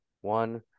one